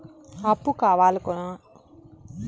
అప్పు కావాలనుకునే రైతులకు ప్రత్యేక ప్రయోజనాలు ఉన్నాయా?